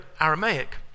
Aramaic